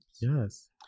Yes